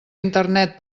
internet